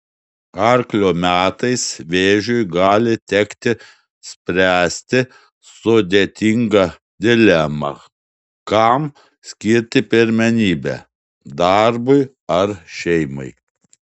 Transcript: arklio metais vėžiui gali tekti spręsti sudėtingą dilemą kam skirti pirmenybę darbui ar šeimai